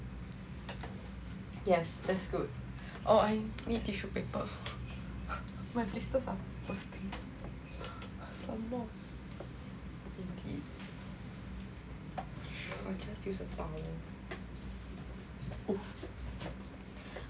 yes that's good oh I need tissue paper my blister started bursting sia lah I'll just use a towel